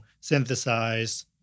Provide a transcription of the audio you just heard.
synthesize